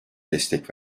destek